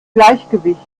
gleichgewicht